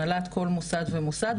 הנהלת כל מוסד ומוסד,